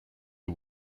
who